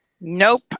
Nope